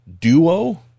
duo